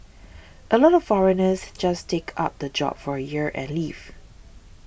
a lot of foreigners just take up the job for a year and leave